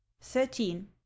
Thirteen